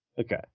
Okay